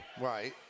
right